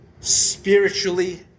spiritually